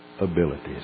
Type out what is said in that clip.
abilities